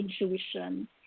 intuition